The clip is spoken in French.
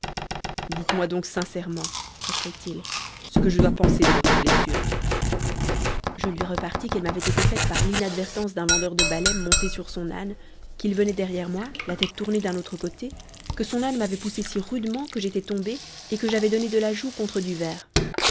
ditesmoi donc sincèrement reprit-il ce que je dois penser de votre blessure je lui repartis qu'elle m'avait été faite par l'inadvertance d'un vendeur de balais monté sur son âne qu'il venait derrière moi la tête tournée d'un autre côté que son âne m'avait poussée si rudement que j'étais tombée et que j'avais donné de la joue contre du verre